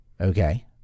Okay